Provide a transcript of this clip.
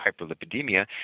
hyperlipidemia